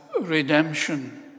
redemption